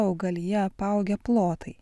augalija apaugę plotai